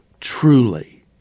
truly